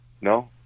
no